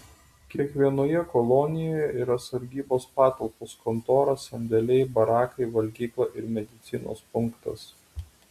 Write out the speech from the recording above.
kiekvienoje kolonijoje yra sargybos patalpos kontora sandėliai barakai valgykla ir medicinos punktas